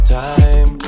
time